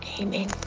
Amen